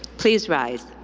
please rise.